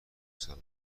صلاح